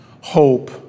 hope